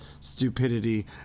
stupidity